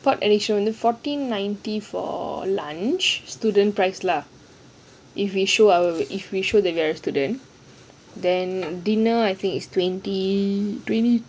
pot addiction only fourteen ninety for lunch student price lah if we show we are a student then dinner I think it's twenty twenty